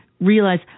realize